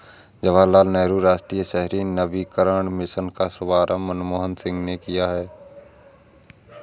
जवाहर लाल नेहरू राष्ट्रीय शहरी नवीकरण मिशन का शुभारम्भ मनमोहन सिंह ने किया था